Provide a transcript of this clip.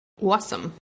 awesome